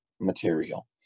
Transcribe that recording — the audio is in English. material